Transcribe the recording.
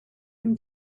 them